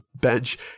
bench